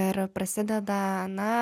ir prasideda na